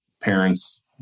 parents